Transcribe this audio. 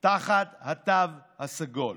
תחת התו הסגול,